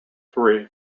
three